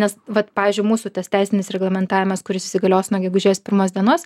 nes vat pavyzdžiui mūsų tas teisinis reglamentavimas kuris įsigalios nuo gegužės pirmos dienos